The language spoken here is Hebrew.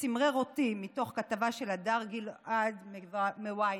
שצמרר אותי, מתוך כתבה של הדר גלעד מ-:ynet